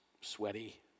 sweaty